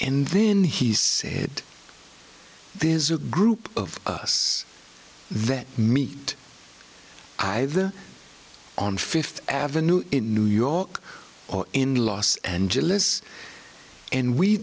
and then he said there's a group of us that meet either on fifth avenue in new york or in los angeles and we